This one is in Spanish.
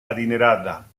adinerada